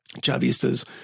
Chavistas